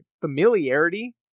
familiarity